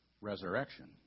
resurrection